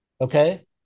Okay